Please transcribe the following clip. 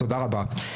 תודה רבה.